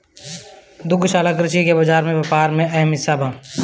दुग्धशाला कृषि के बाजार व्यापार में अहम हिस्सा बा